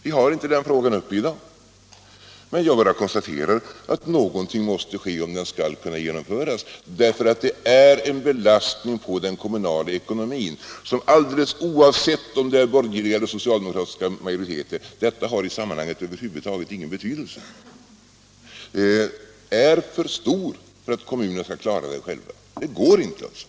Vi har inte den frågan uppe i dag, men jag bara konstaterar att någonting måste ske om reformen skall kunna genomföras, eftersom det beloppet är en belastning på den kommunala ekonomin som, alldeles oavsett om det är borgerliga eller socialdemokratiska majoriteter i kommunerna — detta har i sammanhanget över huvud taget ingen betydelse —- är för stort för att kommunerna skall kunna klara saken själva. Det går alltså inte.